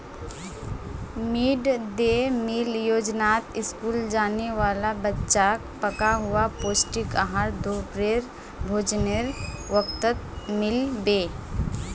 mid day meal योजनात school जाने वाला बच्चाक पका हुआ पौष्टिक आहार दोपहरेर भोजनेर वक़्तत मिल बे